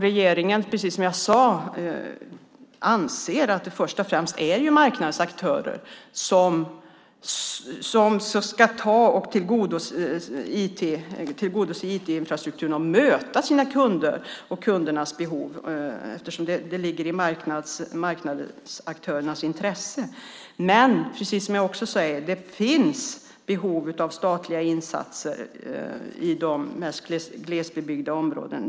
Regeringen anser, precis som jag sade, att det först och främst är marknadens aktörer som ska möta sina kunder och tillgodose kundernas behov när det gäller IT-infrastrukturen, eftersom det ligger i marknadsaktörernas intresse. Men, precis som jag också sade, finns det behov av statliga insatser i de mest glesbebyggda områdena.